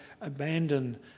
abandon